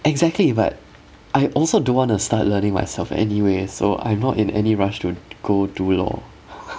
exactly but I also don't want to start learning myself anyway so I am not in any rush to go do law